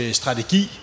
strategi